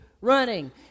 running